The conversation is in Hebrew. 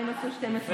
מה הם עשו 12 שנים,